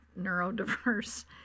neurodiverse